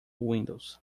windows